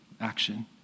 action